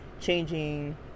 changing